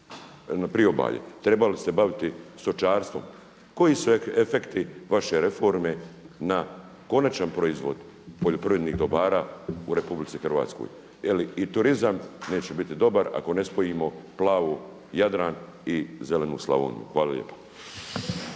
u priobalje. Trebali bi se baviti stočarstvom. Koji su efekti vaše reforme na konačan proizvod poljoprivrednih dobara u RH? Jel i turizam neće biti dobar ako ne spojimo plavu Jadran i zelenu Slavoniju. Hvala lijepa.